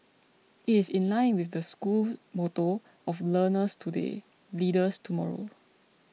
it is in line with the school motto of learners today leaders tomorrow